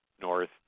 north